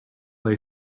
lay